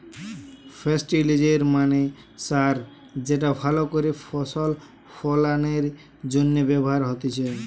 ফেস্টিলিজের মানে সার যেটা ভালো করে ফসল ফলনের জন্য ব্যবহার হতিছে